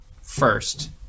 first